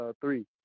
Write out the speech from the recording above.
three